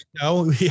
No